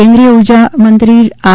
કેન્દ્રીય ઉર્જામંત્રી આર